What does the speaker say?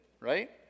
right